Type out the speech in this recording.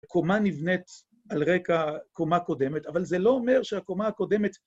קומה נבנית על רקע קומה קודמת, אבל זה לא אומר שהקומה הקודמת...